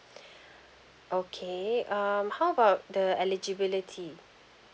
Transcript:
okay um how about the eligibility